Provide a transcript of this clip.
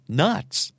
nuts